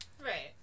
Right